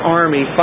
army